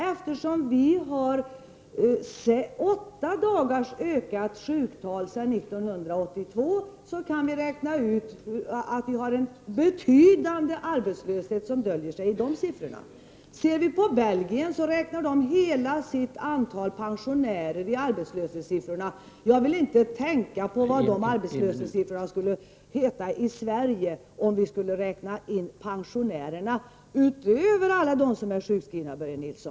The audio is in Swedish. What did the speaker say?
Eftersom vi har åtta dagars ökat sjuktal sedan 1982 kan vi räkna ut att vi har en betydande arbetslöshet som döljer sig i de siffrorna. I Belgien räknar man in det totala antalet pensionärer i arbetslöshetssiffrorna. Jag vill inte tänka på vilka arbetslöshetssiffror det skulle bli i Sverige om vi, Börje Nilsson, skulle räkna in pensionärerna utöver alla dem som är sjukskrivna.